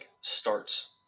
starts